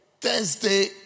Thursday